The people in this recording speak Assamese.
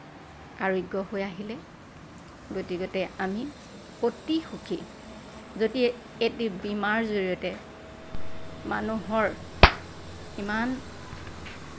আৰোগ্য হৈ আহিলে গতিকে আমি অতি সুখী যদি এটি বীমাৰ জৰিয়তে মানুহৰ ইমান